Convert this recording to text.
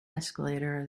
escalator